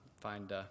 find